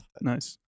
Nice